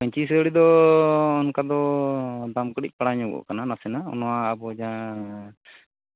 ᱯᱟᱹᱧᱪᱤ ᱥᱟᱹᱲᱤ ᱫᱚ ᱚᱱᱠᱟ ᱫᱚ ᱫᱟᱢ ᱠᱟᱹᱴᱤᱡ ᱯᱟᱲᱟᱣ ᱧᱚᱜᱚᱜ ᱠᱟᱱᱟ ᱱᱟᱥᱮᱱᱟᱜ ᱱᱚᱣᱟ ᱟᱵᱚ ᱡᱟᱦᱟᱸ